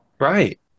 Right